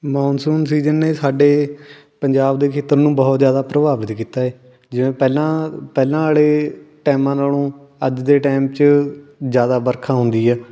monsoon season ਨੇ ਸਾਡੇ ਪੰਜਾਬ ਦੇ ਖੇਤਰ ਨੂੰ ਬਹੁਤ ਜ਼ਿਆਦਾ ਪ੍ਰਭਾਵਿਤ ਕੀਤਾ ਹੈ ਜਿਵੇਂ ਪਹਿਲਾਂ ਪਹਿਲਾਂ ਵਾਲੇ ਟਾਇਮਾਂ ਨਾਲੋਂ ਅੱਜ ਦੇ ਟਾਈਮ 'ਚ ਜ਼ਿਆਦਾ ਵਰਖਾ ਆਉਂਦੀ ਹੈ